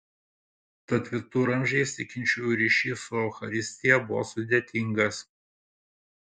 tad viduramžiais tikinčiųjų ryšys su eucharistija buvo sudėtingas